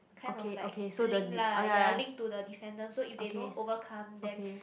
kind of like link lah ya link to the descendant so if they don't overcome then